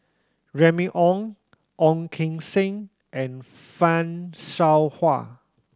Remy Ong Ong Keng Sen and Fan Shao Hua